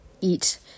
eat